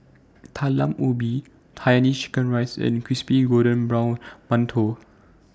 Talam Ubi Hainanese Chicken Rice and Crispy Golden Brown mantou